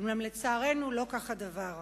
אולם לצערנו לא כך הדבר.